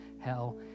hell